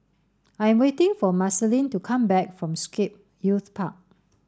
I'm waiting for Marceline to come back from Scape Youth Park